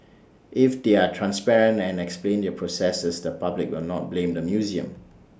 if they are transparent and explain their processes the public will not blame the museum